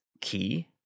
key